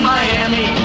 Miami